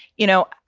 you know,